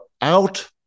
out